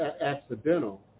accidental